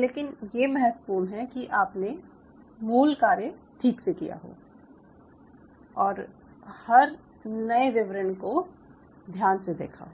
लेकिन ये महत्त्वपूर्ण है कि आपने मूल कार्य ठीक से किया हो और हर नए विवरण को ध्यान से देखा हो